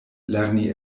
lerni